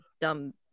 dumb